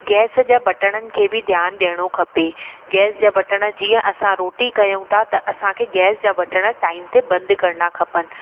gas जा बटणनि खे बि ध्यानु ॾियणो खपे गैस जा बटण जीअं असां रोटी कयूं था त असांखे गैस जा बटण टाइम ते बंदि करिणा खपनि